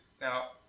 Now